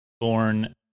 born